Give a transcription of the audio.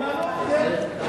נאמנות, כן.